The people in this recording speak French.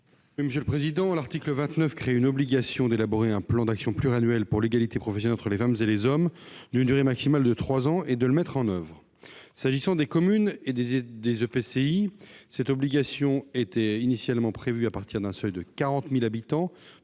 de la commission ? L'article 29 crée une obligation d'élaborer un plan d'action pluriannuel pour l'égalité professionnelle entre les femmes et les hommes, d'une durée maximale de trois ans, et de le mettre en oeuvre. S'agissant des communes et EPCI, cette obligation était initialement prévue à partir d'un seuil de 40 000 habitants